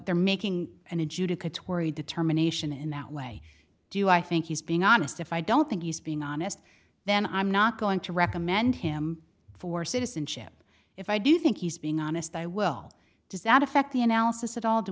they're making and adjudicatory determination in that way do i think he's being honest if i don't think he's being honest then i'm not going to recommend him for citizenship if i do think he's being honest i will does that affect the analysis at all do